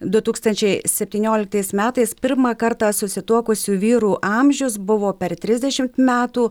du tūkstančiai septynioliktais metais pirmą kartą susituokusių vyrų amžius buvo per trisdešimt metų